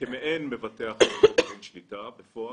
כמעין מבטח גרעין שליטה בפועל,